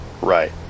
Right